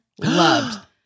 Loved